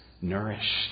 nourished